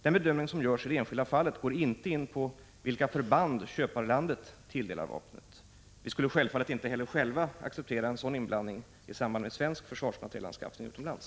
Den bedömning som görs i det enskilda fallet går inte in på vilka förband köparlandet tilldelar vapnet. Vi skulle självfallet inte heller själva acceptera en sådan inblandning i samband med 75 svensk försvarsmaterielanskaffning utomlands.